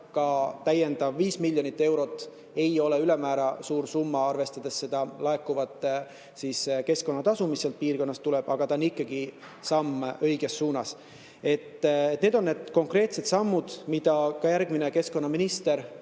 ka täiendav 5 miljonit eurot ei ole ülemäära suur summa, arvestades laekuvat keskkonnatasu, mis sealt piirkonnast tuleb, aga see on ikkagi samm õiges suunas. Need on need konkreetsed sammud, mida ka järgmine keskkonnaminister